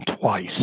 twice